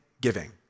giving